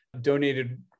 donated